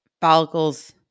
follicles